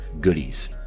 goodies